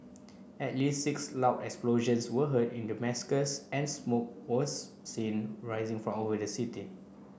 at least six loud explosions were heard in Damascus and smoke was seen rising for over the city